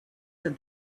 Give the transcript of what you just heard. said